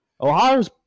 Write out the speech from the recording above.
Ohio's